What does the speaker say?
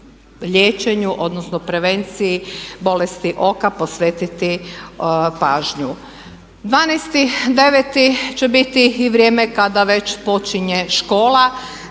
odnosno prevenciji bolesti oka posvetiti pažnju. 12.09. će biti i vrijeme kada već počinje škola,